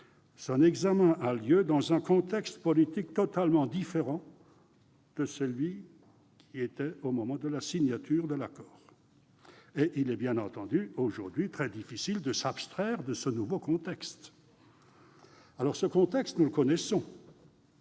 son examen a lieu dans un contexte politique totalement différent de celui qui prévalait au moment de la signature de l'accord ; il est aujourd'hui, bien entendu, très difficile de s'abstraire de ce nouveau contexte. Bien sûr ! Ce contexte, nous le connaissons